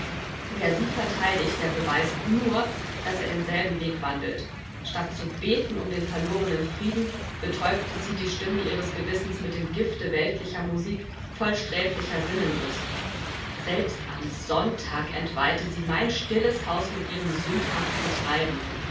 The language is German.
wer sie verteidigt der beweist nur daß er denselben weg wandelt statt zu beten um den verlorenen frieden betäubte sie die stimme ihres gewissens mit dem gifte weltlicher musik voll sträflicher sinnenlust selbst am sonntag entweihte sie mein stilles haus mit ihrem sündhaften treiben